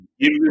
Give